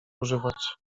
używać